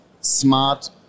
smart